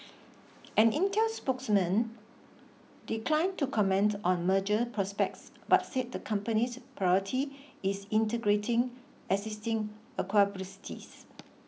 an Intel spokeswomen declined to comment on merger prospects but said the company's priority is integrating existing